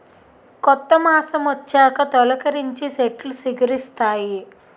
కొత్త మాసమొచ్చాక తొలికరించి సెట్లు సిగిరిస్తాయి